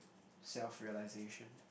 self-realisation